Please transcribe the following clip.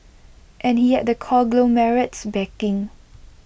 and he had the conglomerate's backing